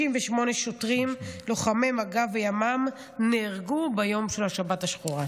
58 שוטרים לוחמי מג"ב וימ"מ נהרגו ביום של השבת השחורה.